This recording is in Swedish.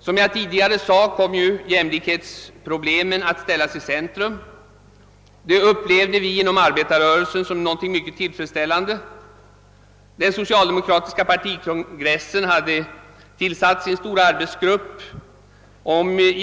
Som jag tidigare nämnt kom jämlikhetsproblemen att ställas i centrum. Det upplevde vi inom arbetarrörelsen som något mycket tillfredsställande. Den socialdemokratiska partikongressen hade tillsatt den stora arbetsgrupp, som skulle ta upp